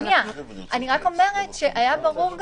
אבל אני רק אומרת שהיה ברור,